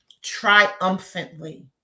triumphantly